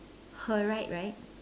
her right right